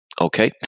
Okay